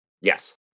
Yes